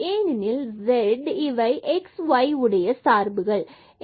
ஏனெனில் z இவை x and y உடைய சார்புகள் ஆகும்